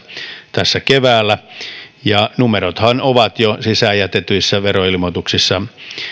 tässä keväällä numerothan ovat jo sisään jätetyissä veroilmoituksissa